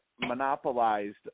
monopolized